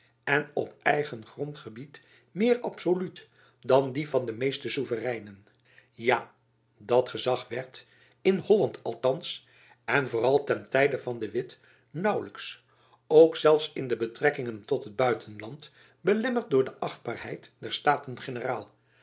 en op eigen grondgebied meer absoluut dan die van de meeste soevereinen ja dat gezach werd in holland althands en vooral ten tijde van de witt naauwlijks ook zelfs in de betrekkingen tot het buitenland belemmerd door de achtbaarheid der